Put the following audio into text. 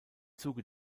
zuge